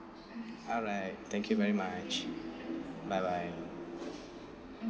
alright thank you very much bye bye